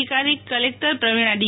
ધિકારી collector Pravina D